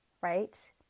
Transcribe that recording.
right